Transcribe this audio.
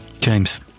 James